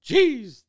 Jeez